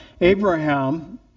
Abraham